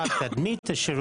חד- משמעית.